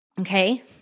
Okay